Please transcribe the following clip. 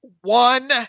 one